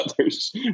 others